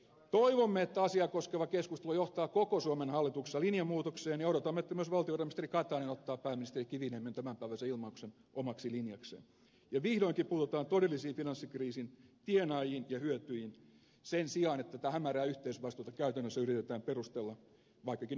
toivomme että asiaa koskeva keskustelu johtaa koko suomen hallituksessa linjanmuutokseen ja odotamme että myös valtiovarainministeri katainen ottaa pääministeri kiviniemen tämänpäiväisen ilmauksen omaksi linjakseen ja vihdoinkin puututaan finanssikriisin todellisiin tienaajiin ja hyötyjiin sen sijaan että tätä hämärää yhteisvastuuta käytännössä yritetään perustella vaikkakin yksittäispäätöksen nimissä